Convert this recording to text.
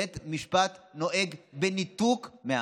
בית משפט נוהג בניתוק מהעם.